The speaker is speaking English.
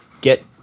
get